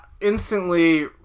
instantly